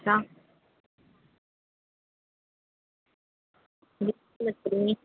अच्छा